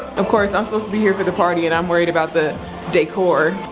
of course i'm supposed to be here for the party and i'm worried about the decor.